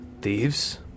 thieves